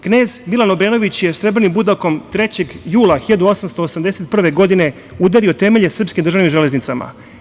Knez Milan Obrenović je srebrnim budakom 3. jula 1881. godine udario temelje srpskim državnim železnicama.